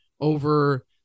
over